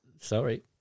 Sorry